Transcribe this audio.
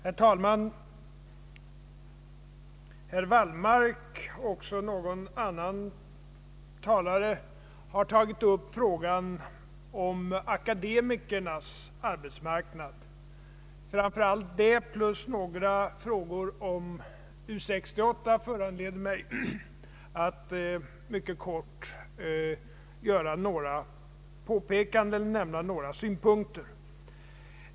Herr talman! Herr Wallmark och någon annan har tagit upp frågan om akademikernas arbetsmarknad. Detta förhållande och några frågor om U 68 föranleder mig att mycket kort göra några påpekanden och nämna några synpunkter.